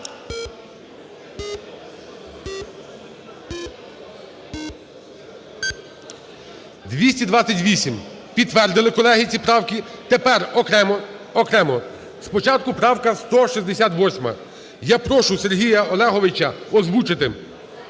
За-228 Підтвердили, колеги, ці правки. Тепер окремо, окремо, спочатку правка 168. Я прошу Сергія Олеговича озвучити